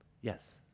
yes